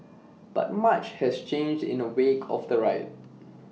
but much has changed in the wake of the riot